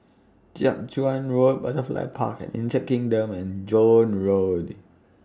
Jiak Chuan Road Butterfly Park and Insect Kingdom and Joan Road